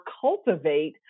cultivate